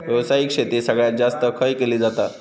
व्यावसायिक शेती सगळ्यात जास्त खय केली जाता?